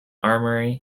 armory